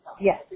Yes